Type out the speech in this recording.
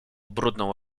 brudną